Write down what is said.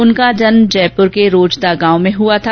उनका जन्म जयपूर के रोजदा गांव में हुआ था